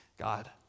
God